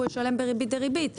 והוא ישלם בריבית דריבית.